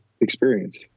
experience